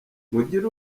mugire